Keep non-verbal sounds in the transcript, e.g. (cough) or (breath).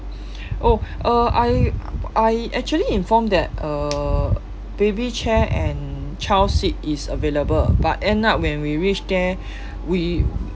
(breath) oh uh I I actually informed that uh baby chair and child seat is available but end up when we reached there (breath) we